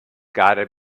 gotta